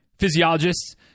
physiologists